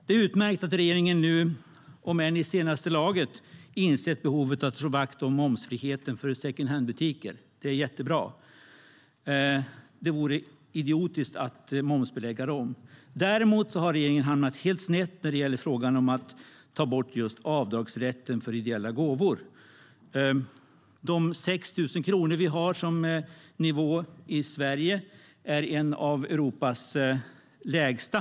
Det är utmärkt att regeringen nu, om än i senaste laget, har insett behovet av att slå vakt om momsfriheten för secondhandbutiker. Det är bra. Det vore idiotiskt att momsbelägga dem. Däremot har regeringen hamnat helt snett i fråga om deras ambition att ta bort avdragsrätten för gåvor till ideella organisationer. Nivån på 6 000 kronor i Sverige är en av Europas lägsta.